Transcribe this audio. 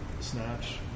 snatch